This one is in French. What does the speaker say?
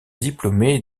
diplômé